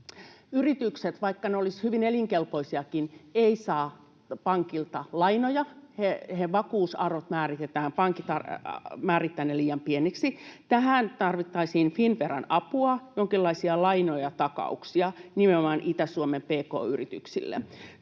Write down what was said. yritykset, vaikka ne olisivat hyvin elinkelpoisiakin, eivät saa pankilta lainoja. Niiden vakuusarvot pankit määrittävät liian pieniksi. Tähän tarvittaisiin Finnveran apua, jonkinlaisia lainoja, takauksia, nimenomaan Itä-Suomen pk-yrityksille.